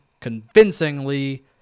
Convincingly